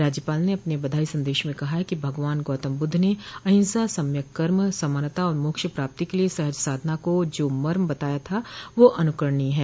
राज्यपाल ने अपने बधाई सन्देश में कहा कि भगवान गौतम बुद्ध ने अहिंसा सम्यक कर्म समानता और मोक्ष प्राप्ति के लिये सहज साधना का जो मर्म बताया था वह अनुकरणीय है